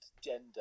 gender